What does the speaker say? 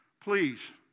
Please